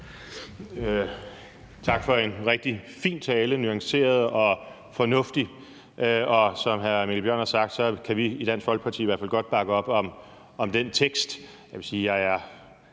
Tak for en rigtig fin tale, nuanceret og fornuftig. Som hr. Mikkel Bjørn har sagt, kan vi i Dansk Folkeparti i hvert fald godt bakke op om den vedtagelsestekst. Jeg vil sige, at jeg er